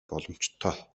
боломжтой